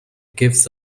gives